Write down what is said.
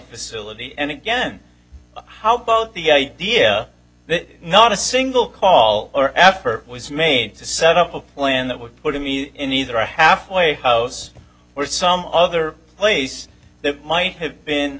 facility and again how both the idea that not a single call or effort was made to set up a plan that would put him in either a halfway house or some other place that might have been